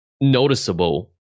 noticeable